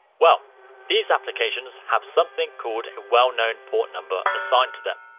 well these applications have something called a well known port number assigned to them.